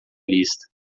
lista